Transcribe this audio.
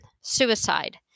Suicide